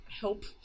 help